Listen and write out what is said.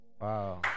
Wow